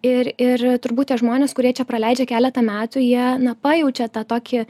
ir ir turbūt tie žmonės kurie čia praleidžia keletą metų jie na pajaučia tą tokį